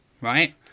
right